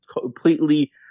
completely